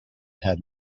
had